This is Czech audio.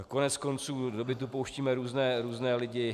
Koneckonců do bytu pouštíme různé lidi.